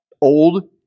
Old